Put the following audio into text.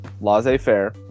laissez-faire